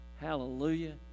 Hallelujah